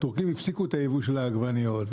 הטורקים הפסיקו יבוא של עגבניות.